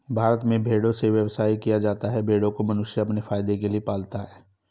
भारत में भेड़ों से व्यवसाय किया जाता है भेड़ों को मनुष्य अपने फायदे के लिए पालता है